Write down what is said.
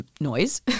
noise